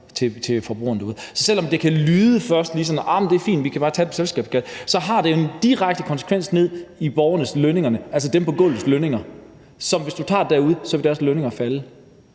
til forbrugerne derude. Så selv om det først kan lyde, som om det er fint, at vi bare kan tage selskabsskatten, så har det jo en direkte konsekvens for borgernes lønninger, altså dem på gulvets lønninger. Så hvis du tager det derude, vil deres lønninger falde,